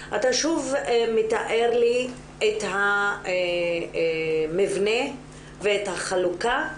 אתה שוב מתאר לי את המבנה ואת החלוקה.